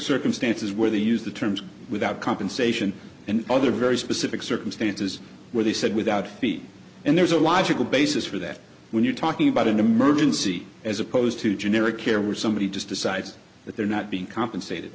circumstances where they used the terms without compensation and other very specific circumstances where they said without feet and there's a logical basis for that when you're talking about an emergency as opposed to generic care where somebody just decides that they're not being compensated